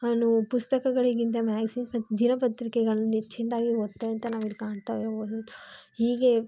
ಅನು ಪುಸ್ತಕಗಳಿಗಿಂತ ಮ್ಯಾಗ್ಝಿನ್ಸ್ ಮತ್ತು ದಿನಪತ್ರಿಕೆಗಳನ್ನು ಹೆಚ್ಚಿನ್ದಾಗಿ ಓದ್ತಾರೆ ಅಂತ ನಾವಿಲ್ಲಿ ಕಾಣ್ತಾ ಹೀಗೆ